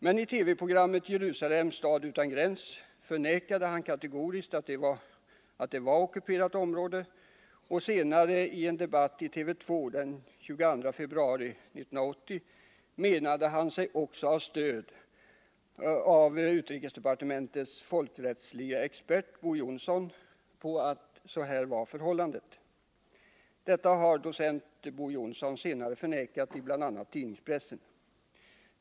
Men i TV-programmet Jerusalem — stad utan gräns förnekade han kategoriskt att det var ockuperat område, och senare i en debatt i TV 2 den 22 februari 1980 sade han sig ha stöd av utrikesdepartementets folkrättslige expert docent Bo Johnson för att förhållandet var sådant. Detta har Bo Johnson senare förnekat bl.a. i tidningspressen.